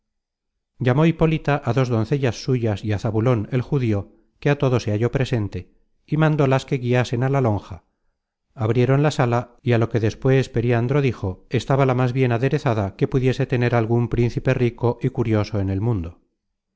llamó hipólita á dos doncellas suyas y á zabulon el judío que á todo se halló presente y mandólas que guiasen á la lonja abrieron la sala y á lo que despues periandro dijo estaba la más bien aderezada que pudiese tener algun príncipe rico y curioso en el mundo